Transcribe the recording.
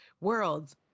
worlds